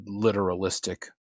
literalistic